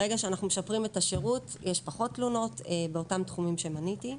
ברגע שאנחנו משפרים את השירות יש פחות תלונות באותם תחומים שמניתי.